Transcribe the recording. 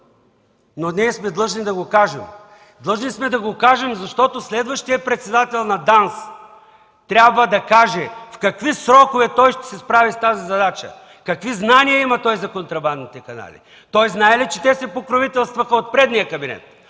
но сме длъжни да го кажем. Длъжни сме да го кажем, защото следващият председател на ДАНС трябва да каже в какви срокове той ще се справи с тази задача, какви знания има той за контрабандните канали? Знае ли той, че те се покровителстваха от предния кабинет